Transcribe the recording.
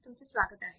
तुमचे स्वागत आहे